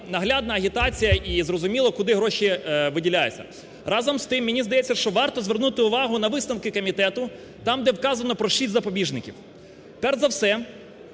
наглядна агітація, і зрозуміло, куди гроші виділяються. Разом з тим, мені здається, що варто звернути увагу на висновки комітету там, де вказано про шість запобіжників. Перш за все,